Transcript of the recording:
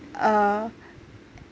uh